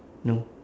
no